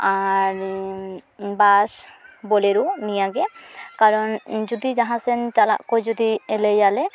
ᱟᱨ ᱵᱟᱥ ᱵᱳᱞᱮᱨᱳ ᱱᱤᱭᱟᱹᱜᱮ ᱠᱟᱨᱚᱱ ᱡᱩᱫᱤ ᱡᱟᱦᱟᱸᱥᱮᱱ ᱪᱟᱞᱟᱜ ᱠᱚ ᱡᱩᱫᱤ ᱞᱟᱹᱭᱟᱞᱮ